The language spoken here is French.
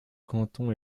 canton